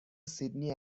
سیدنی